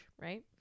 right